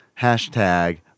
hashtag